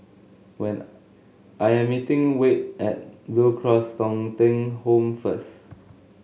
when I am meeting Wade at Blue Cross Thong Kheng Home first